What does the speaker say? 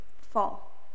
fall